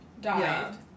died